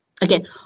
again